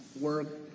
work